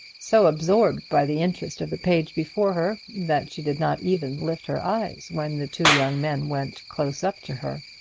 so absorbed by the interest of the page before her that she did not even lift her eyes when the two young men went close up to her.